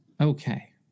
Okay